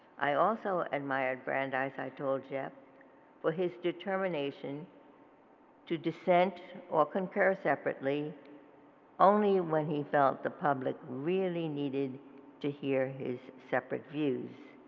i also admired brandeis, i told jeff for his determination to dissent or concur separately only when he felt the public really needed to hear his separate views.